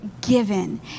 given